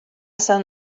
sant